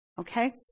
Okay